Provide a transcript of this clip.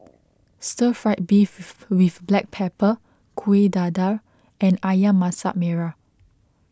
Stir Fry Beef with Black Pepper Kuih Dadar and Ayam Masak Merah